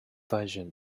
version